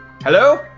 hello